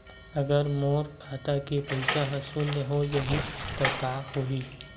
अगर मोर खाता के पईसा ह शून्य हो जाही त का होही?